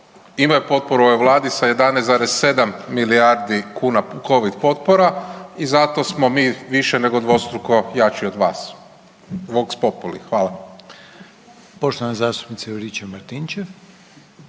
imaju potporu ove Vlade sa 11,7 milijardi kuna covid potpora i zato smo mi više nego dvorstruko jači od vas. Vox populi, hvala. **Reiner, Željko (HDZ)** Poštovana zastupnica Juričev Martinčev.